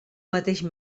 mateix